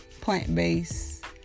plant-based